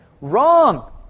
Wrong